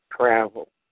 travel